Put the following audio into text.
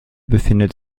befindet